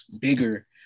bigger